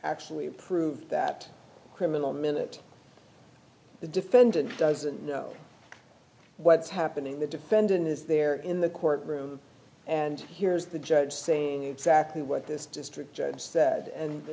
actually approved that criminal minute the defendant doesn't know what's happening the defendant is there in the court room and here is the judge saying exactly what this district judge said and